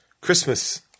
Christmas